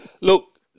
Look